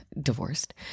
divorced